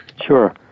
Sure